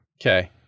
Okay